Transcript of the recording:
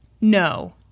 No